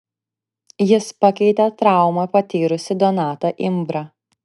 jis pakeitė traumą patyrusį donatą imbrą